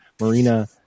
Marina